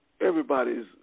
everybody's